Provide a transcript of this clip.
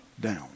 down